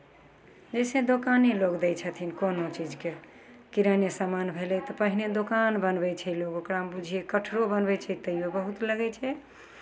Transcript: जइसे दोकाने लोक दै छथिन कोनो चीजके किराने सामान भेलै तऽ पहिने दोकान बनबै छै लोक ओकरामे बुझियै कठरो बनबै छै तैयो बहुत लगै छै